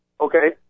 Okay